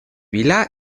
vila